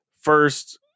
first